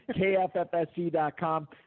KFFSC.com